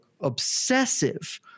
obsessive